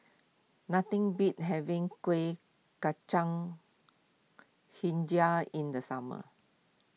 nothing beats having Kuih Kacang HiJau in the summer